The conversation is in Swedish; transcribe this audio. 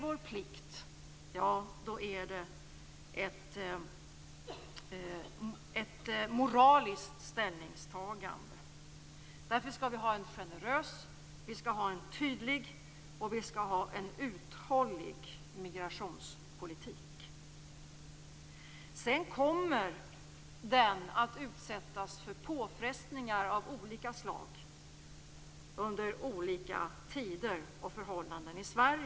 Att detta är vår plikt är ett moraliskt ställningstagande. Vi skall därför ha en generös, tydlig och uthållig migrationspolitik. Denna politik kommer att utsättas för påfrestningar av olika slag under olika tider och förhållanden i Sverige.